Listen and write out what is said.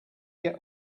get